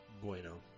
Bueno